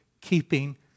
keeping